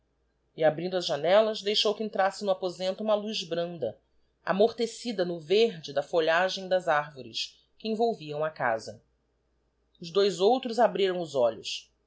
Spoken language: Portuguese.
e abrindo as janellas deixou que entrasse no aposento uma luz branda amortecida no verde da folhagem das arvores que envolviam a casa os dois outros abriram os olhos